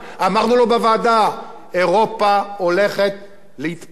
אמרנו לו בוועדה: אירופה הולכת להתפרק.